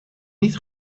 niet